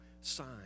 sign